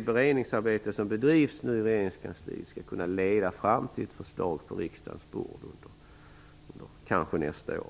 beredningsarbete som nu bedrivs i regeringskansliet skall kunna leda fram till ett förslag på riksdagens bord kanske nästa år.